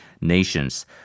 nations